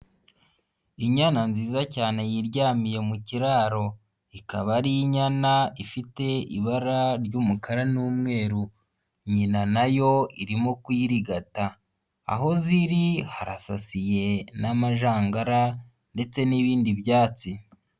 Inyana nziza cyane yiryamiye mu kiraro ikaba ari inyana ifite ibara ry'umukara n'umweru nyina nayo irimo kuyirigata aho ziri harasasiye n'amajangara ndetse n'ibindi byatsi.